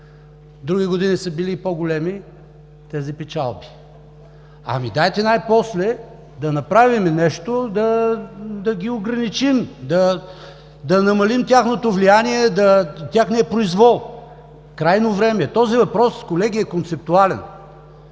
тези печалби са били и по-големи. Дайте най-после да направим нещо да ги ограничим, да намалим тяхното влияние, техния произвол. Крайно време е! Този въпрос, колеги, е концептуален.